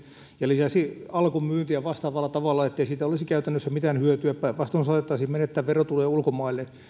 ja lisäisi alkon myyntiä vastaavalla tavalla ettei siitä olisi käytännössä mitään hyötyä päinvastoin saatettaisiin menettää verotuloja ulkomaille